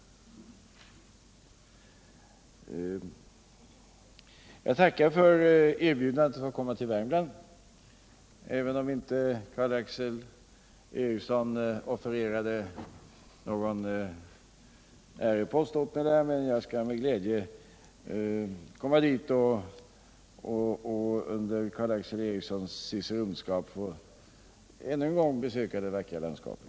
Jag tackar för inbjudan att komma till Värmland, även om Karl Erik Eriksson inte offererade någon ärepost åt mig där. Jag skall med glädje resa dit och njuta av det vackra landskapet under Karl Erik Erikssons ciceronskap.